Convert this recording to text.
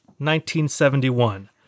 1971